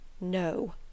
No